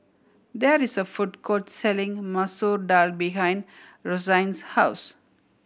there is a food court selling Masoor Dal behind Rozanne's house